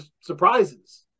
surprises